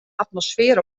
atmosfeer